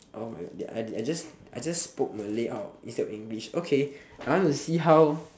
oh my god I just I just spoke malay out of instead of english I want to see how